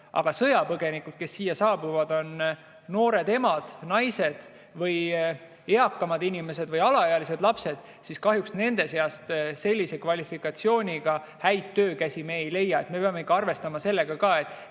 Aga sõjapõgenikud, kes siia saabuvad, on noored emad, naised või eakamad inimesed või alaealised lapsed. Kahjuks nende seast me sellise kvalifikatsiooniga häid töökäsi ei leia. Me peame arvestama sellega, kes